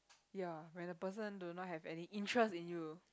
ya when the person do not have any interest in you